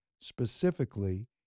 specifically